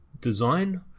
design